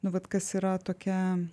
nu vat kas yra tokia